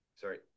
Sorry